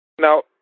Now